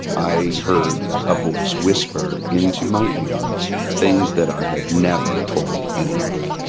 i heard a voice whisper into my ear things that i had never told anyone